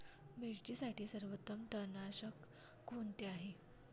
मिरचीसाठी सर्वोत्तम तणनाशक कोणते आहे?